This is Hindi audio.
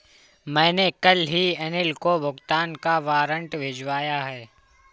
मैंने कल ही अनिल को भुगतान का वारंट भिजवाया है